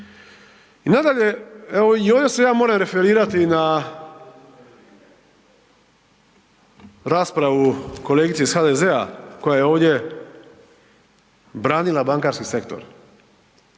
I nadalje, evo i ovdje se ja moram referirati na raspravu kolegice iz HDZ-a koja je ovdje branila bankarski sektor.